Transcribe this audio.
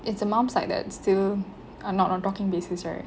it's the mum's side that's still are not on talking basis right